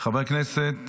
חברת הכנסת